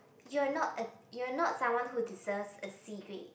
you're not a you're not someone who deserves a C grade